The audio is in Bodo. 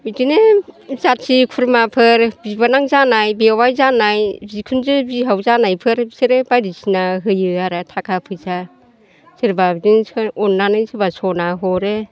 बिदिनो जाथि खुरमाफोर बिबोनां जानाय बेवाइ जानाय बिखुनजो बिहाव जानायफोर बिसोरो बायदिसिना होयो आरो थाखा फैसा सोरबा बिदिनो अननानै सोरबा सना हरो